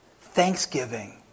thanksgiving